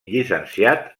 llicenciat